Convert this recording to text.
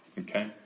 Okay